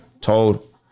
told